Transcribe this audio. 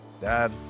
Dad